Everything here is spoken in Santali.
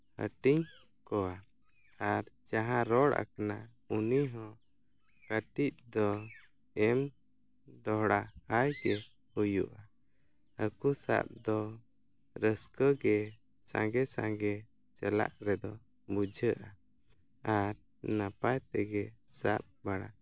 ᱦᱟᱹᱴᱤᱧ ᱠᱚᱣᱟ ᱟᱨ ᱡᱟᱦᱟᱸ ᱨᱚᱲ ᱟᱠᱟᱱᱟ ᱩᱱᱤ ᱦᱚᱸ ᱠᱟᱹᱴᱤᱡ ᱫᱚ ᱮᱢ ᱫᱚᱦᱲᱟ ᱟᱭ ᱜᱮ ᱦᱩᱭᱩᱜᱼᱟ ᱦᱟᱹᱠᱩ ᱥᱟᱵ ᱫᱚ ᱨᱟᱹᱥᱠᱟᱹ ᱜᱮ ᱥᱟᱸᱜᱮ ᱥᱟᱸᱜᱮ ᱪᱟᱞᱟᱜ ᱨᱮᱫᱚ ᱵᱩᱡᱷᱟᱹᱜᱼᱟ ᱟᱨ ᱱᱟᱯᱟᱭ ᱛᱮᱜᱮ ᱥᱟᱵ ᱵᱟᱲᱟ